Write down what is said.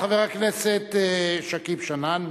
חבר הכנסת שכיב שנאן.